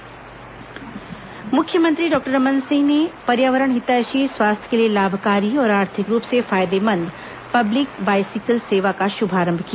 public bicycle सेवा मुख्यमंत्री doctor Raman Singh ने पर्यावरण हितैषी स्वास्थ्य के लिए लाभकारी और आर्थिक रूप से फायदेमंद पब्लिक बाइसिकल सेवा का शुभारंभ किया